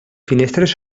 finestres